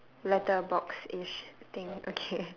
letter boxish thing okay